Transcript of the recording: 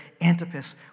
Antipas